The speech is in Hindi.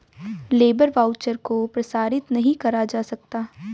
लेबर वाउचर को प्रसारित नहीं करा जा सकता